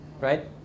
right